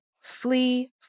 flee